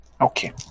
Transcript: Okay